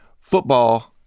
Football